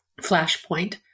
Flashpoint